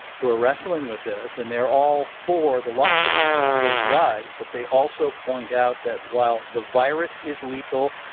who are wrestling with this, and they're all for the lockdown because it saves lives. but they also point out that while the virus is lethal,